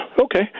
okay